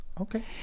okay